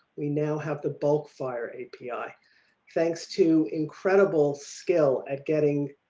we now have the bulk fire api thanks to incredible skill at getting